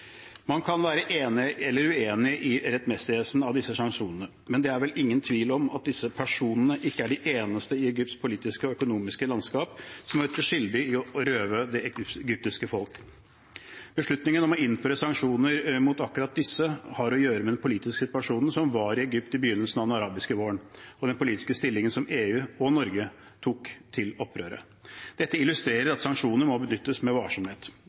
Man kan være enig eller uenig i rettmessigheten av disse sanksjonene, men det er vel ingen tvil om at disse personene ikke er de eneste i Egypts politiske og økonomiske landskap som har gjort seg skyldig i å røve det egyptiske folk. Beslutningen om å innføre sanksjoner mot akkurat disse har å gjøre med den politiske situasjonen som var i Egypt i begynnelsen av den arabiske våren, og den politiske stillingen som EU og Norge tok til opprøret. Dette illustrerer at sanksjonene må benyttes med varsomhet,